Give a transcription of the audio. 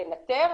לנטר,